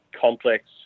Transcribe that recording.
complex